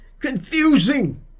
confusing